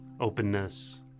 openness